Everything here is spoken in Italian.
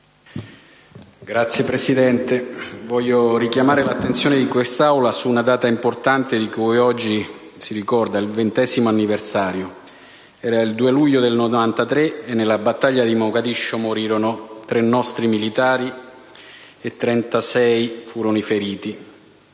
Signora Presidente, voglio richiamare l'attenzione di quest'Aula su una data importante di cui oggi si ricorda il ventesimo anniversario. Era il 2 luglio 1993 e nella battaglia del Checkpoint Pasta a Mogadiscio morirono tre nostri militari e 36 furono i feriti